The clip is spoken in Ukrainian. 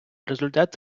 результат